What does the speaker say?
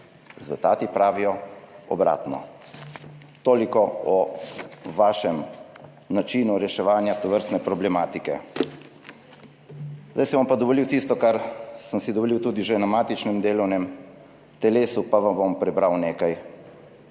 rezultati pravijo obratno. Toliko o vašem načinu reševanja tovrstne problematike. Zdaj si bom pa dovolil tisto, kar sem si dovolil tudi že na matičnem delovnem telesu, pa vam bom prebral nekaj.